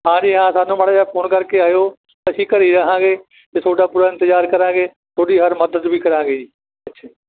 ਹਾਂ ਜੀ ਹਾਂ ਸਾਨੂੰ ਮਾੜਾ ਜਿਹਾ ਫੋਨ ਕਰਕੇ ਆਇਓ ਅਸੀਂ ਘਰ ਰਹਾਂਗੇ ਅਤੇ ਤੁਹਾਡਾ ਪੂਰਾ ਇੰਤਜ਼ਾਰ ਕਰਾਂਗੇ ਤੁਹਾਡੀ ਹਰ ਮਦਦ ਵੀ ਕਰਾਂਗੇ ਜੀ ਅੱਛਾ